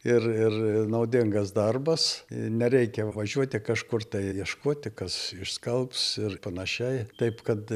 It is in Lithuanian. ir ir naudingas darbas nereikia važiuoti kažkur tai ieškoti kas išskalbs ir panašiai taip kad